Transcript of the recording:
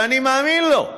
ואני מאמין לו,